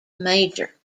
major